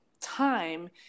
time